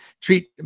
treat